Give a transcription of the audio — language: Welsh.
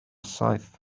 saith